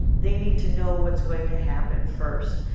they need to know what is going to happen first.